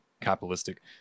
capitalistic